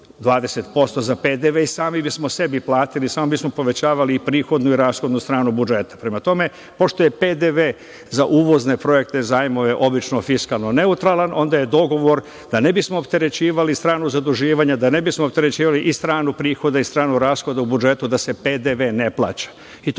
20% za PDV i sami bismo sebi platili samo bismo povećavali prihodnu i rashodnu stranu budžeta. Prema tome, pošto je PDV za uvozne projektne zajmove obično fiskalno neutralan onda je dogovor da ne bismo opterećivali stranu zaduživanja, da ne bismo opterećivali i stranu prihoda i stranu rashoda u budžetu, da se PDV ne plaća,